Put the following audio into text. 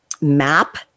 map